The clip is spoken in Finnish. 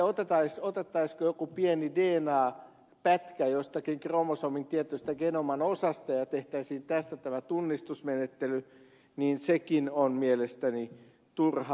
sekin jos otettaisiin joku pieni dna pätkä jostakin kromosomin tietystä genoman osasta ja tehtäisiin tästä tämä tunnistusmenettely on mielestäni turhaa